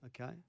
Okay